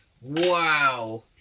Wow